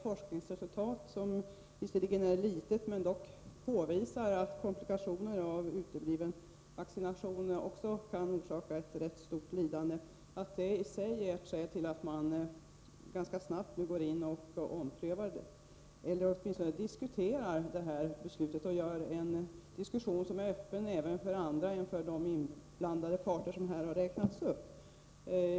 Forskningsresultatet är visserligen litet men påvisar att utebliven vaccination kan leda till komplikationer som också kan förorsaka rätt stort lidande. Därför tycker jag att forskningsresultatet i sig är ett skäl för att snabbt ompröva beslutet eller åtminstone diskutera detsamma. Denna diskussion borde vara öppen även för andra än de inblandade parter som här räknats upp.